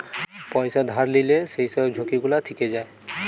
পয়সা ধার লিলে যেই সব ঝুঁকি গুলা থিকে যায়